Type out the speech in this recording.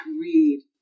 read